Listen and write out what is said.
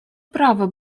права